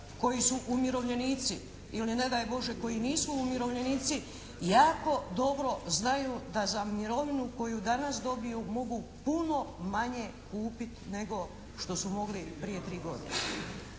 koji su umirovljenici ili ne daj Bože koji nisu umirovljenici jako dobro znaju da za mirovinu koju danas dobiju mogu puno manje kupiti nego što su mogli prije 3 godine.